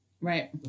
Right